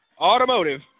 Automotive